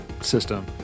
system